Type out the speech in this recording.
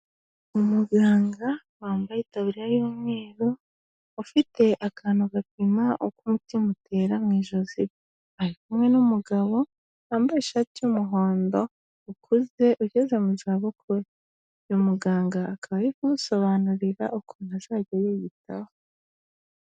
Umuganga wambaye itaburiya y'umweru, ufite akantu gapima uko umutima utera mu ijosi, ari kumwe n'umugabo wambaye ishati y'umuhondo ukuze ugeze mu zabukuru, uyu muganga aka ari kumusobanurira ukuntu azajya yiyitaho.